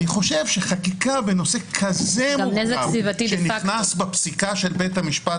אני חושב שחקיקה בנושא כזה מורכב שנכנס בפסיקה של בית המשפט,